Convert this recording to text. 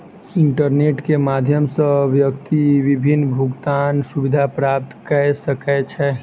internet के माध्यम सॅ व्यक्ति विभिन्न भुगतान सुविधा प्राप्त कय सकै छै